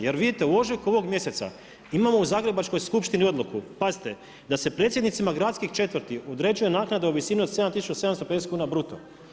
Jer vidite, u ožujku ovog mjeseca, imamo u zagrebačkoj skupštini odluku, pazite da se predsjednicima gradskih četvrti, određuje naknada u visini od 7750 kn bruto.